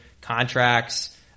contracts